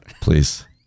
please